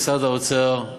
במשרד האוצר,